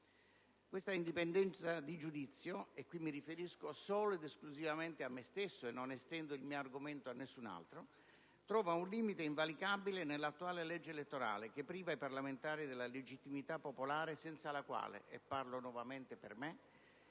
Questa indipendenza di giudizio - e qui mi riferisco solo ed esclusivamente a me stesso: non estendo questa argomentazione a nessun altro - trova un limite invalicabile nell'attuale legge elettorale, che priva i parlamentari della legittimità popolare senza la quale, e parlo nuovamente per me,